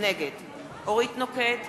נגד אורית נוקד,